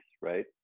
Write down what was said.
right